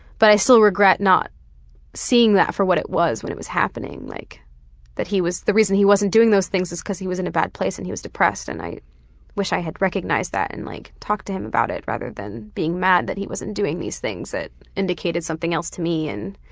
but i still regret not seeing that for what it was when it was happening, like that the reason he wasn't doing those things is because he was in a bad place and he was depressed, and i wish i had recognized that and like talked to him about it rather than being mad that he wasn't doing these things that indicated something else to me. and